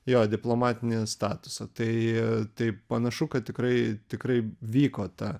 jo diplomatinį statusą tai tai panašu kad tikrai tikrai vyko ta